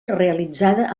realitzada